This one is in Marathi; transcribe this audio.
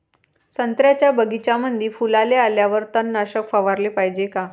संत्र्याच्या बगीच्यामंदी फुलाले आल्यावर तननाशक फवाराले पायजे का?